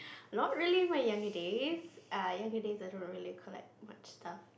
not really my younger days err younger days I don't really collect much stuff